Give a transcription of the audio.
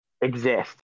exist